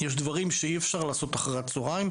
יש דברים שאי אפשר לעשות אחר הצהריים,